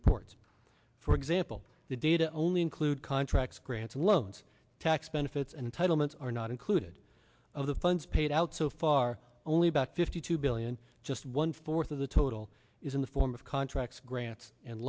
reports for example the data only include contracts grants loans tax benefits and title months are not included of the funds paid out so far only about fifty two billion just one fourth of the total is in the form of contracts grants and